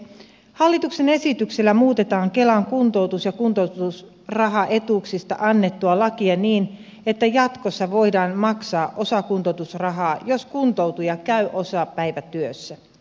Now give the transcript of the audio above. hallituksen esityksellä muutetaan kelan kuntoutus ja kuntoutusrahaetuuksista annettua lakia niin että jatkossa voidaan maksaa osakuntoutusrahaa jos kuntoutuja käy osapäivätyössä